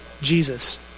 Jesus